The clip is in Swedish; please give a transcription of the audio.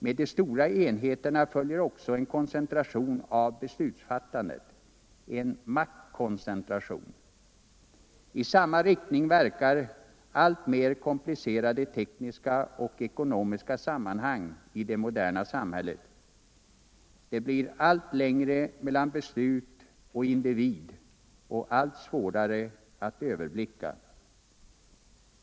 Med de stora enheterna följer också en koncentration av beslutsfattandet — en maktkoncentration. I samma riktning verkar alltmer komplicerade tekniska och ekonomiska sammanhang i det moderna samhället. Det blir allt längre mellan beslut och individ, allt svårare att överblicka.